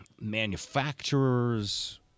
manufacturers